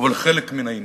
אבל חלק מן העניין.